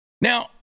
Now